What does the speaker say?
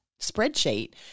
spreadsheet